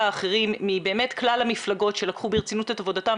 האחרים מכלל המפלגות שלקחו ברצינות את עבודתם.